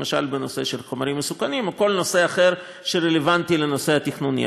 למשל בנושא של חומרים מסוכנים או כל נושא אחר שרלוונטי לנושא התכנוני,